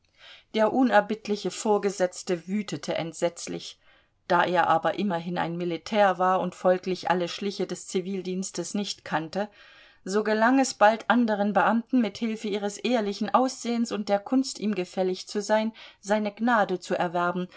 der unerbittliche vorgesetzte wütete entsetzlich da er aber immerhin ein militär war und folglich alle schliche des zivildienstes nicht kannte so gelang es bald anderen beamten mit hilfe ihres ehrlichen aussehens und der kunst ihm gefällig zu sein seine gnade zu erwerben